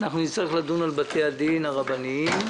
נצטרך לדון על בתי הדין הרבניים.